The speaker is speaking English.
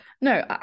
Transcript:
no